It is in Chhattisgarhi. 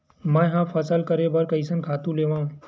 मैं ह फसल करे बर कइसन खातु लेवां?